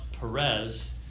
Perez